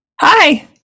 Hi